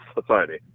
society